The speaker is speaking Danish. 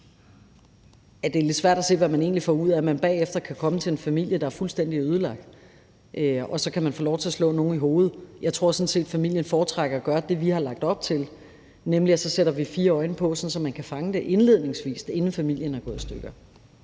det er lidt svært at se, hvad man egentlig får ud af, at man bagefter i forhold til en familie, der er fuldstændig ødelagt, kan få lov til at slå nogen i hovedet. Jeg tror sådan set, at familien foretrækker at gøre det, vi har lagt op til, nemlig at vi så sætter fire øjne på, så man kan fange det indledningsvis, inden familien går i stykker.